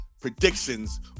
predictions